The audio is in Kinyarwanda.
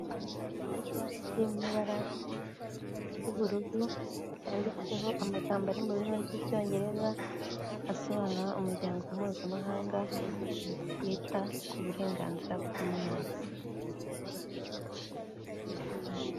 Icyapa kiri mu ibara ry'ubururu cyanditseho amagambo ari mu rurimi rw'icyongereza, asobanura umuryango mpuzamahanga wita ku burenganzira bw'umwana.